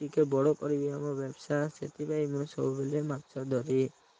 ଟିକେ ବଡ଼ କରିବି ଆମ ବ୍ୟବସାୟ ସେଥିପାଇଁ ମୁଁ ସବୁବେଳେ ମାଛ ଧରି